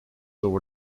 over